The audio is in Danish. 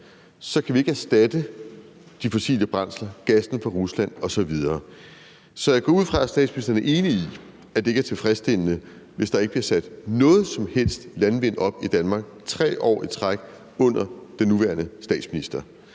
kan vi ikke erstatte de fossile brændsler, gassen fra Rusland osv. Så jeg går ud fra, at statsministeren er enig i, at det ikke er tilfredsstillende, hvis der ikke bliver sat nogen som helst landvindmøller op i Danmark 3 år i træk under den nuværende statsminister.